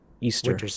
Easter